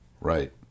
Right